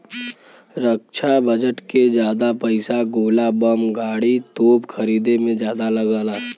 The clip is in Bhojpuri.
रक्षा बजट के जादा पइसा गोला बम गाड़ी, तोप खरीदे में जादा लगला